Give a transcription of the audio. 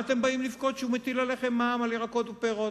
מה אתם באים לבכות כשהוא בא להטיל מע"מ על ירקות ופירות?